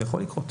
זה יכול לקרות.